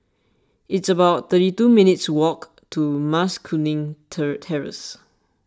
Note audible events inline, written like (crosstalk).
it's about thirty two minutes' walk to Mas Kuning (unintelligible) Terrace